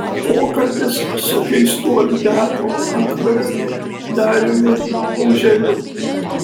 pokalbis su keistuolių teatro aktoriumi dariumi auželiu